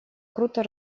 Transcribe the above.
круто